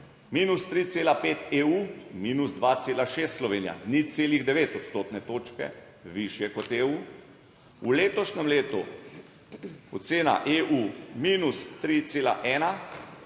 minus 3,5 EU, minus 2,6 Slovenija, 0,9 odstotne točke višje kot EU. V letošnjem letu ocena EU minus 3,1